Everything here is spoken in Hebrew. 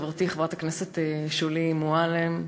חברתי חברת הכנסת שולי מועלם,